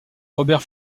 robert